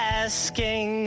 asking